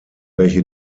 welche